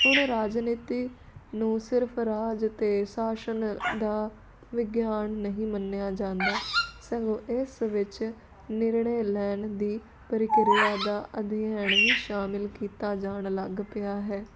ਹੁਣ ਰਾਜਨੀਤੀ ਨੂੰ ਸਿਰਫ ਰਾਜ ਅਤੇ ਸ਼ਾਸਨ ਦਾ ਵਿਗਿਆਨ ਨਹੀਂ ਮੰਨਿਆ ਜਾਂਦਾ ਸਗੋਂ ਇਸ ਵਿੱਚ ਨਿਰਣੇ ਲੈਣ ਦੀ ਪ੍ਰਕਿਰਿਆ ਦਾ ਅਧਿਐਨ ਵੀ ਸ਼ਾਮਿਲ ਕੀਤਾ ਜਾਣ ਲੱਗ ਪਿਆ ਹੈ